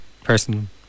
person